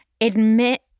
admit